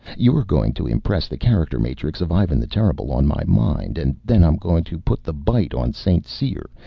you're going to impress the character-matrix, of ivan the terrible on my mind, and then i'm going to put the bite on st. cyr,